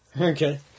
Okay